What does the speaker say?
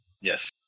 Yes